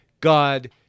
God